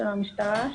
של המשטרה,